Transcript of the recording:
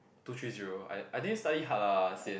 two three zero I I didn't study hard lah sian